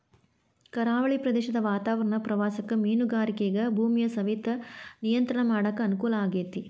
ಕರಾವಳಿ ಪ್ರದೇಶದ ವಾತಾವರಣ ಪ್ರವಾಸಕ್ಕ ಮೇನುಗಾರಿಕೆಗ ಭೂಮಿಯ ಸವೆತ ನಿಯಂತ್ರಣ ಮಾಡಕ್ ಅನುಕೂಲ ಆಗೇತಿ